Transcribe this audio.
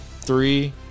three